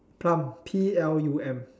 plum P L U M